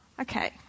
Okay